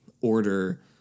order